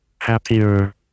happier